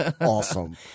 awesome